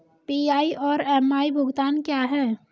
PI और MI भुगतान क्या हैं?